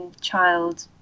child